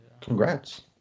Congrats